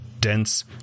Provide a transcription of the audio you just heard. dense